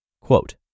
Quote